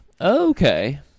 okay